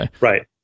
Right